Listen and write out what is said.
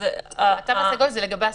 לגבי עסקים,